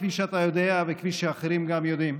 כפי שאתה יודע וכפי שאחרים גם יודעים.